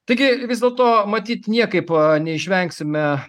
taigi vis dėlto matyt niekaip neišvengsime